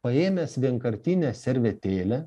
paėmęs vienkartinę servetėlę